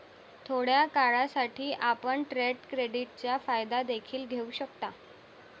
थोड्या काळासाठी, आपण ट्रेड क्रेडिटचा फायदा देखील घेऊ शकता